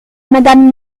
madame